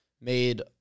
made